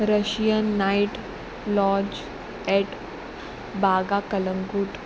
Russian night lodge at Baga Calangute